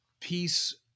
peace